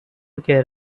care